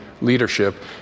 leadership